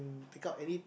take out any